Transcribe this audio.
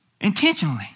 intentionally